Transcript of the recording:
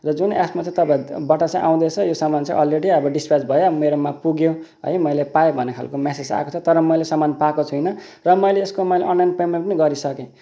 र जुन एपमा चाहिँ तपाईँहरूबाट चाहिँ आउँदैछ यो सामान चाहिँ अलरेडी अब डिस्प्याच भयो मेरोमा पुग्यो है मैले पाएँ भन्ने खालको म्यासेज आएको छ तर मैले सामान पाएको छुइनँ र मैले यसको मैले अनलाइन पेमेन्ट पनि गरिसकेँ